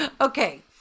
Okay